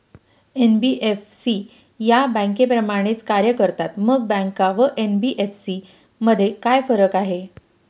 NBFC या बँकांप्रमाणेच कार्य करतात, मग बँका व एन.बी.एफ.सी मध्ये काय फरक आहे?